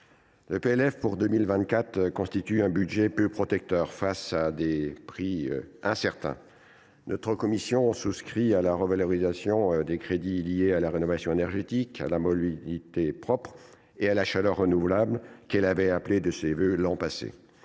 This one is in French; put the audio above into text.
le PLF pour 2024 est un budget peu protecteur, face à des prix incertains. Notre commission souscrit à la revalorisation des crédits liés à la rénovation énergétique, à la mobilité propre et à la chaleur renouvelable, qu’elle avait appelée de ses vœux l’an passé.